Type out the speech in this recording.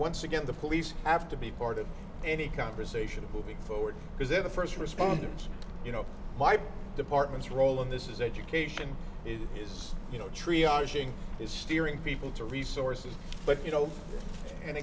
once again the police have to be part of any conversation will be forward because they're the first responders you know department's role in this is education is you know tree arching is steering people to resources but you know and